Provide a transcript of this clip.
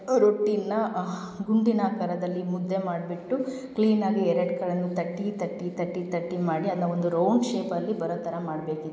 ರೊಟ್ಟಿನ ಗುಂಡಿನ ಆಕಾರದಲ್ಲಿ ಮುದ್ದೆ ಮಾಡಿಬಿಟ್ಟು ಕ್ಲೀನಾಗಿ ಎರಡೂ ಕಡೆಯೂ ತಟ್ಟಿ ತಟ್ಟಿ ತಟ್ಟಿ ತಟ್ಟಿ ಮಾಡಿ ಅದನ್ನ ಒಂದು ರೌಂಡ್ ಶೇಪಲ್ಲಿ ಬರೋ ಥರ ಮಾಡಬೇಕಿತ್ತು